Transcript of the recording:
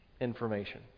information